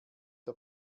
der